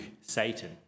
Satan